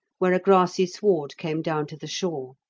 where a grassy sward came down to the shore.